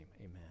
amen